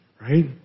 right